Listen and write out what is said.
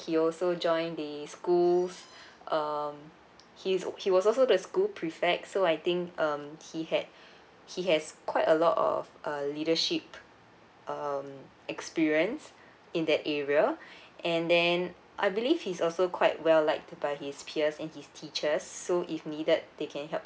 he also join the school's um he's he was also the school prefect so I think um he had he has quite a lot of a leadership um experience in that area and then I believe he's also quite well liked by his peers and his teachers so if needed they can help